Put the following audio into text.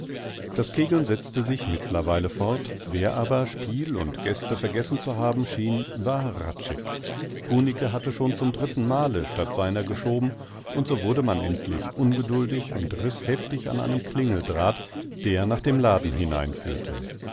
das kegeln setzte sich mittlerweile fort wer aber spiel und gäste vergessen zu haben schien war hradscheck kunicke hatte schon zum dritten male statt seiner geschoben und so wurde man endlich ungeduldig und riß heftig an einem klingeldraht der nach dem laden